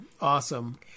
awesome